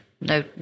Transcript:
no